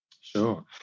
Sure